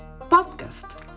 podcast